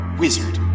wizard